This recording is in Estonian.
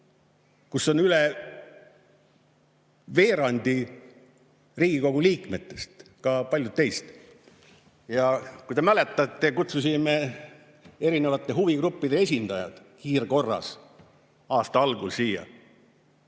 kus on üle veerandi Riigikogu liikmetest, ka paljud teist. Kui te mäletate, me kutsusime erinevate huvigruppide esindajad kiirkorras aasta algul siia.